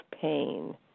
pain